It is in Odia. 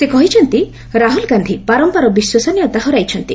ସେ କହିଛନ୍ତି ରାହୁଲ୍ ଗାନ୍ଧି ବାରମ୍ଭାର ବିଶ୍ୱସନୀୟତା ହରାଇଛନ୍ତି